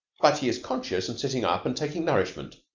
but he is conscious and sitting up and taking nourishment.